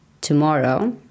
tomorrow